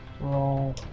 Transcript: roll